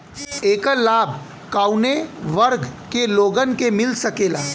ऐकर लाभ काउने वर्ग के लोगन के मिल सकेला?